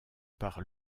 par